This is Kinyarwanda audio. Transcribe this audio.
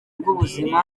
rw’ubuzima